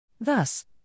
Thus